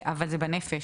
אבל זה בנפש.